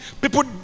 people